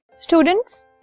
Students